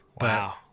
wow